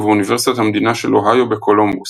ובאוניברסיטת המדינה של אוהיו בקולומבוס.